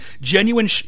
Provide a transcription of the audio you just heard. Genuine